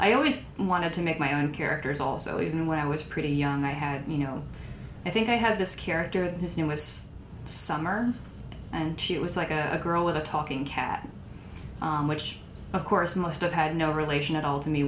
i always wanted to make my own characters also even when i was pretty young i had you know i think i had this character that his name was summer and she was like a girl with a talking cat which of course must have had no relation at all to me